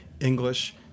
English